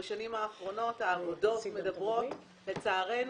שבשנים האחרונות העבודות מדברות לצערנו,